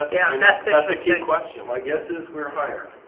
like yeah, i mean that's that's a kid question my guess is we're hired